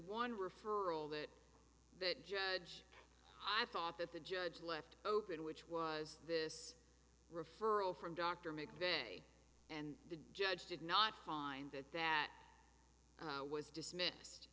one referral that that judge i thought that the judge left open which was this referral from dr make day and the judge did not find that that was dismissed